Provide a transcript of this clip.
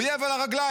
אויב על הרגליים.